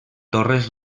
torres